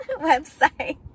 website